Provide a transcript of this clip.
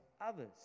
others